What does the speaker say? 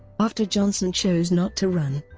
after johnson chose not to run,